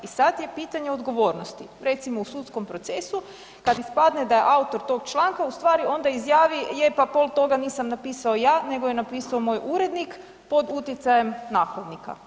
I sad je pitanje odgovornosti, recimo u sudskom procesu kad ispadne da autor tog članka u stvari onda izjavi je pa pol toga nisam napisao ja nego je napisao moj urednik pod utjecajem nakladnika.